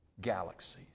Galaxies